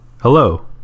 Hello